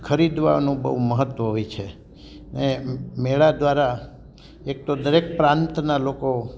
ખરીદવાનું બહુ મહત્ત્વ હોય છે ને મેળા દ્વારા એક તો દરેક પ્રાંતના લોકો